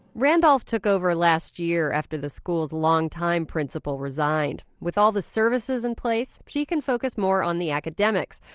randolph took over last year after the school's long-time principal resigned. with all the services in place, she can focus more on the academics.